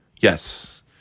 Yes